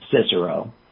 Cicero